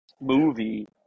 movie